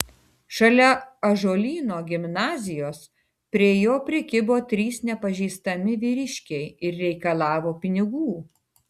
šalia ąžuolyno gimnazijos prie jo prikibo trys nepažįstami vyriškai ir reikalavo pinigų